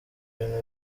ibintu